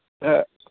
ꯑꯦ